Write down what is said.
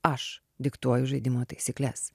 aš diktuoju žaidimo taisykles